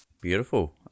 beautiful